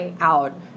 out